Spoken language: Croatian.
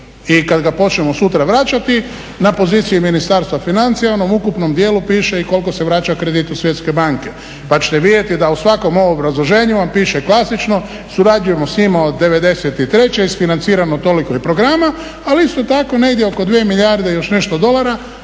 I kad ga počnemo sutra vraćati na pozicije Ministarstva financija u onom ukupnom dijelu piše i koliko se vraća kredit od Svjetske banke. Pa ćete vidjeti da u svakom ovom obrazloženju vam piše klasično surađujemo s njima od '93., isfinancirano je toliko reprograma ali isto tako negdje oko 2 milijarde i još nešto dolara